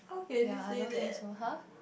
ya I don't think so [huh]